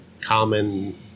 common